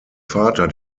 vater